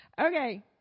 Okay